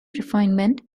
refinement